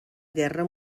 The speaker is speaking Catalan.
guerra